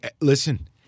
Listen